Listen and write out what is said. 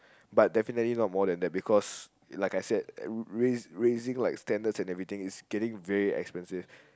but definitely not more than that because like I said raise raising like standards and everything is getting very expensive